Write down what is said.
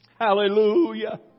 Hallelujah